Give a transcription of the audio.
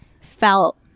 felt